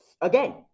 again